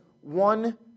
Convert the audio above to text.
one